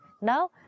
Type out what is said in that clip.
Now